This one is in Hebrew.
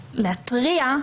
ולהתריע,